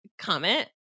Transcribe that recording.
comment